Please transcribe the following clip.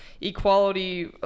equality